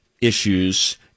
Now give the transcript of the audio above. issues